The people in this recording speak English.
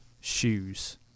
shoes